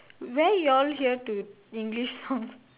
where y'all hear to English songs